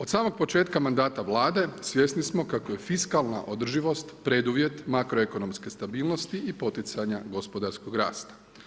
Od samog početka mandata Vlade, svjesni smo kako je fiskalna održivost preduvjet makroekonomske stabilnosti i poticanja gospodarskog rasta.